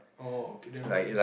oh okay then